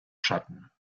schatten